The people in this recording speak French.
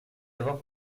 avoir